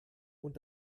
und